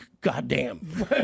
Goddamn